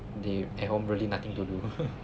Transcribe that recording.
they at home really nothing to do